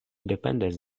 dependas